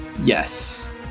Yes